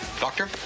Doctor